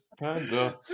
panda